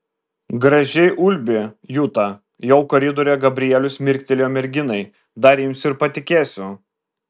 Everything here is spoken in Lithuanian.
gražiai ulbi juta jau koridoriuje gabrielius mirktelėjo merginai dar imsiu ir patikėsiu